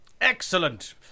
Excellent